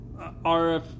RF